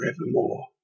forevermore